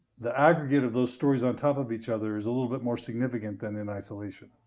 the aggregate of those stories on top of each other is a little bit more significant than in isolation.